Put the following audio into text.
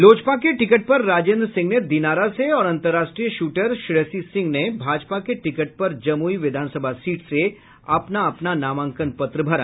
लोजपा के टिकट पर राजेन्द्र सिंह ने दिनारा से और अंतर्राष्ट्रीय शूटर श्रेयसी सिंह ने भाजपा के टिकट पर जमूई विधानसभा सीट से अपना नामांकन पत्र भरा